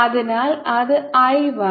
അതിനാൽ അത് I 1